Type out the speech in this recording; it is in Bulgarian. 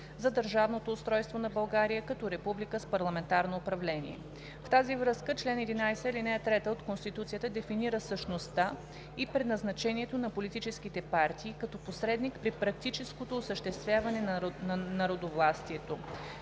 за държавното устройство на България като република с парламентарно управление. В тази връзка чл. 11, ал. 3 от Конституцията дефинира същността и предназначението на политическите партии като посредник при практическото осъществяване на народовластието.